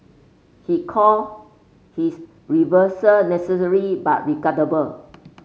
he called his reversal necessary but regrettable